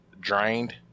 drained